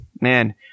Man